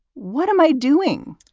what am i doing?